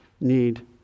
need